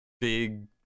big